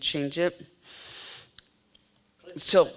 change it so